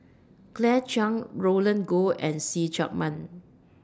Claire Chiang Roland Goh and See Chak Mun